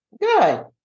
Good